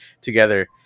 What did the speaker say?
together